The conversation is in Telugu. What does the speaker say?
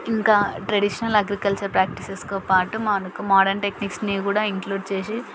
ఇంకా ట్రెడిషనల్ అగ్రికల్చర్ ప్రాక్టీసెస్కు పాటు మనకు మాడర్న్ టెక్నిక్స్ని కూడా ఇంక్లూడ్ చేసి